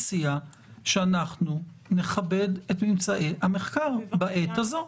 ולכן אני מציע שאנחנו נכבד את ממצאי המחקר בעת הזו.